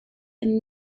and